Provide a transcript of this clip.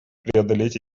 преодолеть